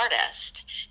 artist